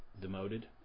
demoted